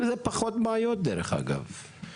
זה פחות בעיות, דרך אגב.